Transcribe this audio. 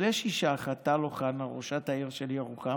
אבל יש אישה אחת, טל אוחנה, ראשת העיר של ירוחם,